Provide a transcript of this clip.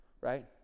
right